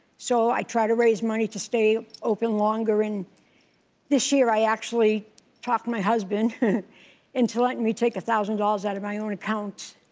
so i try to raise money to stay open longer. and this year i actually talked my husband into letting me take one thousand dollars out of my own account,